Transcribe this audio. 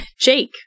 Jake